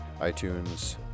itunes